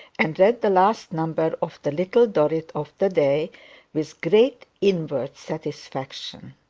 and read the last number of the little dorrit of the day with great inward satisfaction.